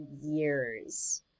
years